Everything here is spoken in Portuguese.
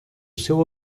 seu